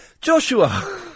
Joshua